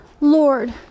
Lord